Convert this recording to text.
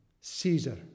Caesar